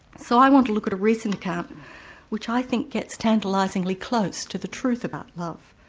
so i want to look at a recent account which i think gets tantalising like close to the truth about love.